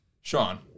Sean